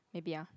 maybe ah